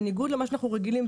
בניגוד למה שאנחנו רגילים,